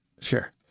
Sure